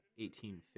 1850